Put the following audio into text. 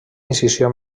incisió